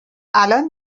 الان